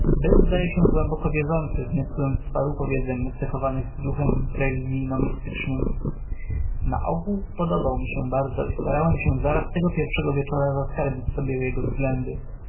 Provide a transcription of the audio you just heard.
był zdaje się głęboko wierzący wnioskując z paru powiedzeń nacechowanych duchem religijno mistycznym na ogół podobał mi się bardzo i starałem się zaraz tego pierwszego wieczora zaskarbić sobie jego względy